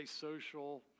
social